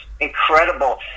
incredible